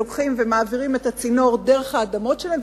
שלוקחים ומעבירים את הצינור דרך האדמות שלהם,